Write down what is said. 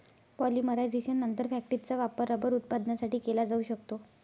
पॉलिमरायझेशननंतर, फॅक्टिसचा वापर रबर उत्पादनासाठी केला जाऊ शकतो